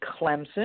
Clemson